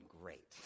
great